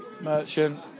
Merchant